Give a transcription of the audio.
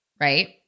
right